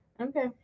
Okay